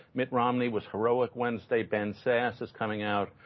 mitt romney was heroic wednesday. ben sasse is coming out.